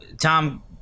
Tom